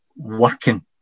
working